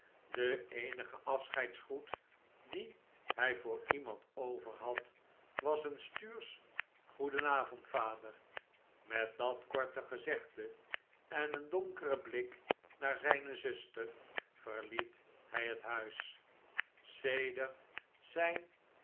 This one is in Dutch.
de eenige afscheidsgroet dien hij voor iemand over had was een stuursch goedenavond vader metdatkorte gezegde en een donkeren blik naar zijne zuster verliet hij het huis sedert zijn